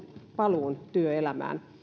paluun työelämään